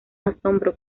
asombro